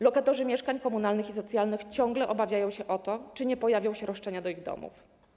Lokatorzy mieszkań komunalnych i socjalnych ciągle obawiają się o to, czy nie pojawią się roszczenia do ich domów.